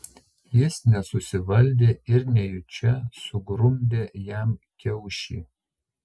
jis nesusivaldė ir nejučia sugrumdė jam kiaušį